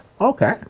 Okay